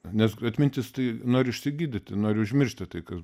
nes atmintis tai nori išsigydyti nori užmiršti tai kas